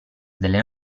delle